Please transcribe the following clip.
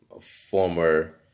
former